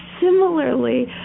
similarly